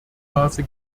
maße